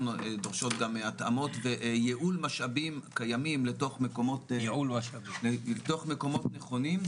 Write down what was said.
דורשות גם התאמות וייעול משאבים קיימים לתוך מקומות נכונים,